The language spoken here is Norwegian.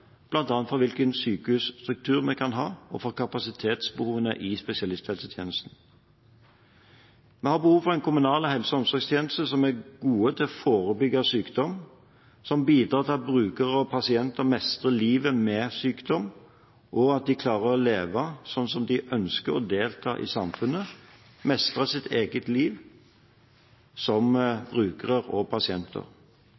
for hvilken sykehusstruktur vi kan ha, og for kapasitetsbehovet i spesialisthelsetjenesten. Vi har behov for en kommunal helse- og omsorgstjeneste som er god til å forebygge sykdom som bidrar til at brukere og pasienter mestrer livet med sykdom, og at de klarer å leve slik de ønsker, og å delta i samfunnet, og som mestrer sitt eget liv som brukere og pasienter